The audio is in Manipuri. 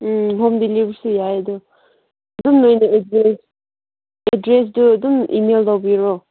ꯎꯝ ꯍꯣꯝ ꯗꯤꯂꯤꯕꯔꯤꯁꯨ ꯌꯥꯏ ꯑꯗꯨ ꯑꯗꯨꯝ ꯅꯣꯏꯅ ꯑꯦꯗ꯭ꯔꯦꯁ ꯑꯦꯗ꯭ꯔꯦꯁꯇꯨ ꯑꯗꯨꯝ ꯏꯃꯦꯜ ꯇꯧꯕꯤꯔꯣ